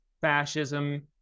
fascism